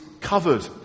covered